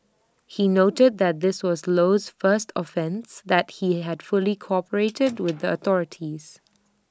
he noted that this was Low's first offence and that he had fully cooperated with the authorities